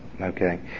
okay